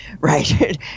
right